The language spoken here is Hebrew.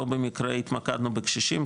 לא במקרה התמקדנו בקשישים,